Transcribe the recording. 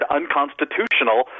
unconstitutional